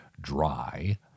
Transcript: dry